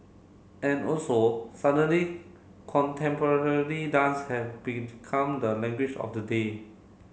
and also suddenly contemporary dance have become the language of the day